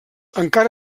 encara